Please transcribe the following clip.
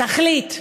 תחליט.